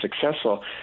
successful